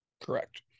correct